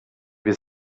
wir